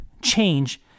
change